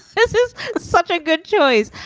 this is such a good choice.